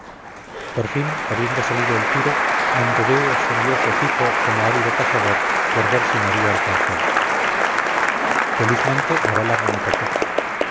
por fin habiendo salido el tiro nomdedeu extendió su hocico como ávido cazador por ver si me había alcanzado felizmente la bala no me tocó